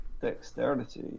Dexterity